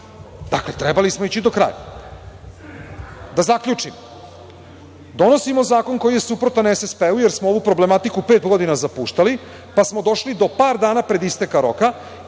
Dakle, trebali smo ići do kraja. Da zaključim. Donosimo zakon koji je suprotan SSP, jer smo ovu problematiku pet godina zapuštali, pa smo došli do par dana pred isteka roka